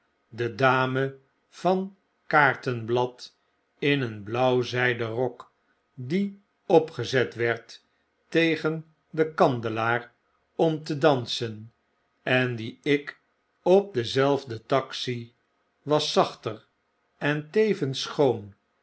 de dame van kaartenblad in een blauw zflden rok die opgezet werd tegen den kandelaar om te dansen en die ik op denzelfden tak zie was zachter en tevens schoon